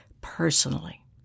personally